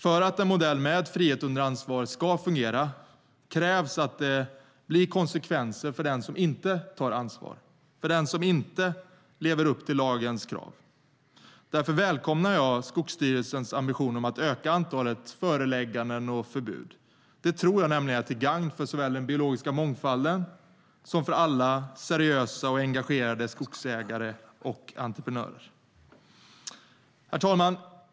För att en modell med frihet under ansvar ska fungera krävs att det blir konsekvenser för dem som inte tar ansvar och inte lever upp till lagens krav. Därför välkomnar jag Skogsstyrelsens ambitioner om att öka antalet förelägganden och förbud. Det tror jag nämligen är till gagn för såväl den biologiska mångfalden som alla seriösa och engagerade skogsägare och entreprenörer. Herr talman!